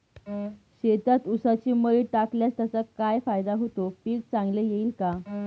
शेतात ऊसाची मळी टाकल्यास त्याचा काय फायदा होतो, पीक चांगले येईल का?